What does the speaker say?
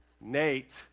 Nate